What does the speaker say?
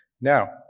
Now